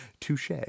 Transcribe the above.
Touche